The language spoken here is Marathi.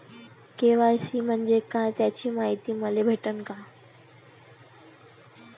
के.वाय.सी म्हंजे काय याची मायती मले भेटन का?